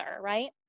right